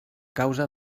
causa